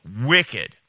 wicked